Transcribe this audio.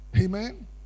Amen